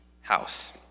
house